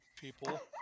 people